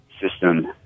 system